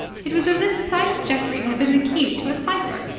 it was as if the sight of geoffrey had been the key to a cipher.